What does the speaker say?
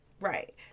Right